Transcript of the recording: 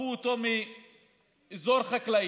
הפכו אותו מאזור חקלאי,